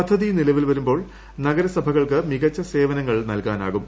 പദ്ധതി നിലവിൽ വരുമ്പോൾ നഗര സഭകൾക്ക് മികച്ച സേവനങ്ങൾ നൽകാനാകും